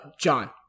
John